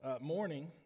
morning